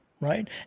right